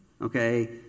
Okay